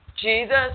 Jesus